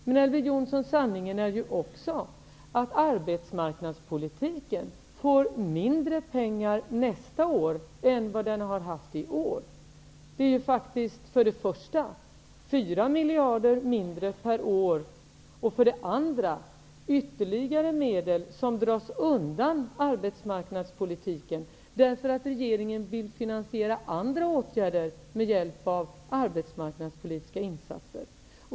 Men, Elver Jonsson, sanningen är ju också den att arbetsmarknadspolitiken får mindre pengar nästa år än vad den har haft i år. Det är faktiskt för det första 4 miljarder mindre per år, och för det andra dras ytterligare medel undan från arbetsmarknadspolitiken därför att regeringen vill finansiera andra åtgärder med hjälp av arbetsmarknadspolitiska insatser.